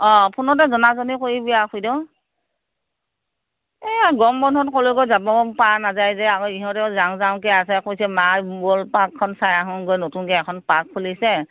অ ফোনতে জনা জনি কৰিবি আৰু খুইদেউ এই গৰম বন্ধত ক'লৈকো যাব পৰা নাযায় যে আৰু ইহঁতেও যাওঁ যাওঁকৈ আছে কৈছে মা ব'ল পাৰ্কখন চাই আহোঁগৈ নতুনকৈ এখন পাৰ্ক খুলিছে